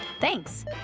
Thanks